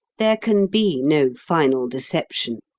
there can be no final deception.